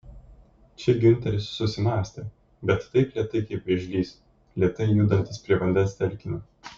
čia giunteris susimąstė bet taip lėtai kaip vėžlys lėtai judantis prie vandens telkinio